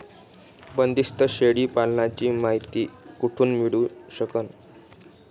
बंदीस्त शेळी पालनाची मायती कुठून मिळू सकन?